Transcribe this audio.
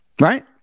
right